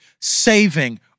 saving